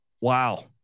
Wow